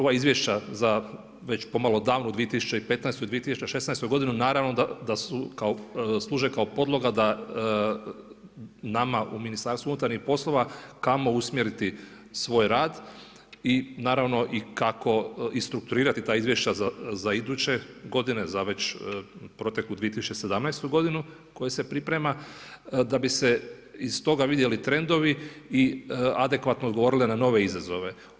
Ova izvješća za već pomalo davnu 2015. i 2016. godinu naravno da služe kao podloga da nama u Ministarstvu unutarnjih poslova kamo usmjeriti svoj rad i naravno i kako i strukturirati ta izvješća za iduće godine, za već proteklu 2017. godinu koja se priprema da bi se iz toga vidjeli trendovi i adekvatno odgovorilo na nove izazove.